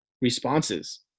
responses